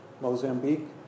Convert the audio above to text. Mozambique